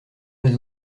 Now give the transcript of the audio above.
pas